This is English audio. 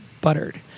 buttered